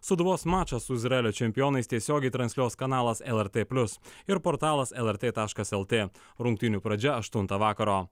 sūduvos mačą su izraelio čempionais tiesiogiai transliuos kanalas lrt plius ir portalas lrt taškas lt rungtynių pradžia aštuntą vakaro